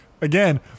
Again